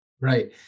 Right